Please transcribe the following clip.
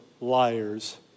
liars